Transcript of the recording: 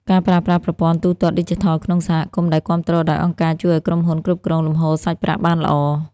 ការប្រើប្រាស់ប្រព័ន្ធទូទាត់ឌីជីថលក្នុងសហគមន៍ដែលគាំទ្រដោយអង្គការ ជួយឱ្យក្រុមហ៊ុនគ្រប់គ្រងលំហូរសាច់ប្រាក់បានល្អ។